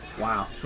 Wow